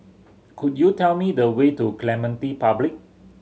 could you tell me the way to Clementi Public